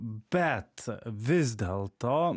bet vis dėlto